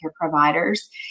providers